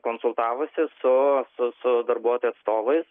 konsultavosi su su su darbuotojų atstovais